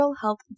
health